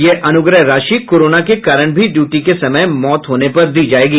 ये अनुग्रह राशि कोरोना के कारण भी ड़यूटी के समय मौत होने पर दी जायेगी